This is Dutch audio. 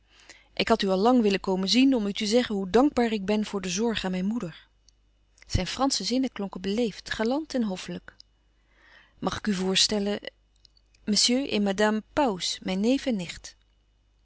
ik had u al lang willen komen zien om u te zeggen hoe dankbaar ik ben voor den zorg aan mijn moeder zijn fransche zinnen klonken beleefd galant en hoffelijk mag ik u voorstellen mr et mme pauws mijn neef en nicht